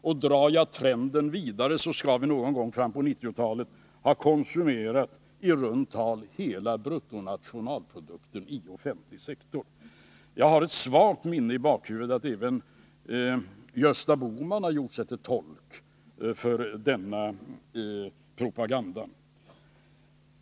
Och drar jag trenden vidare skall vi någon gång på 1990-talet komma att konsumera i runt tal hela bruttonationalprodukten i offentlig sektor. Jag har ett svagt minne i bakhuvudet av att även Gösta Bohman har gjort sig till tolk för denna uppfattning och fört fram denna propaganda.